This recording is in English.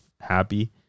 happy